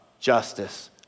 justice